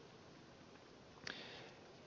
puhemies